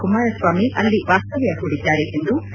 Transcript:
ಕುಮಾರಸ್ವಾಮಿ ಅಲ್ಲಿ ವಾಸ್ತವ್ಯ ಪೂಡಿದ್ದಾರೆ ಎಂದು ಸಾ